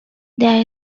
there